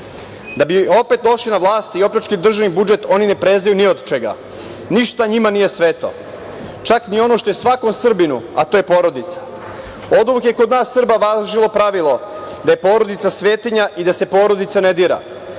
bi opet došli na vlast i opljačkali državni budžet, oni ne prezaju ni od čega. Ništa njima nije sveto, čak ni ono što je svakom Srbinu, a to je porodica. Oduvek je kod nas Srba važilo pravilo da je porodica svetinja i da se porodica ne dira.